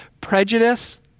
prejudice